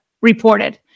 reported